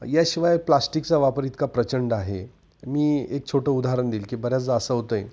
याशिवाय प्लास्टिकचा वापर इतका प्रचंड आहे मी एक छोटं उदाहरण देईल की बऱ्याचदा असं होतं आहे